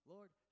Lord